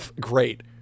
Great